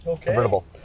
convertible